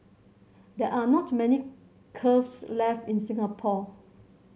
there are not many left in Singapore